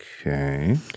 Okay